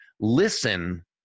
Listen